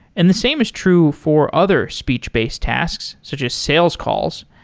and the same is true for other speech-based tasks, such as sales calls.